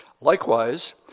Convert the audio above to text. Likewise